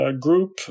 group